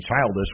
childish